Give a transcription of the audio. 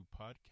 podcast